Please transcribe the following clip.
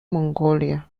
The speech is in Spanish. mongolia